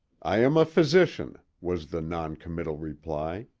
i am a physician, was the non-committal reply.